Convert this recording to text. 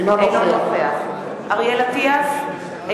אינו נוכח אריאל אטיאס,